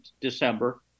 December